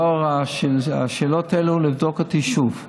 לאור השאלות האלה, לבדוק את עצמי שוב.